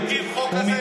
האם אתה מכיר חוק כזה?